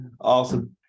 awesome